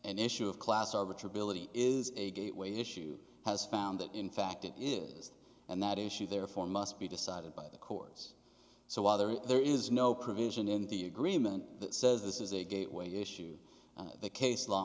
an issue of class of which ability is a gateway issue has found that in fact it is and that issue therefore must be decided by the courts so while there is there is no provision in the agreement that says this is a gateway issue the case law